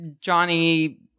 Johnny